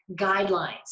guidelines